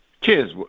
Cheers